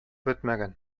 бетмәгән